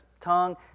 tongue